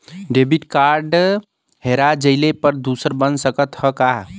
Debit card हेरा जइले पर दूसर बन सकत ह का?